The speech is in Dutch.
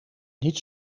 niet